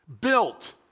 built